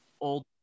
old